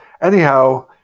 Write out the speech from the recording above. Anyhow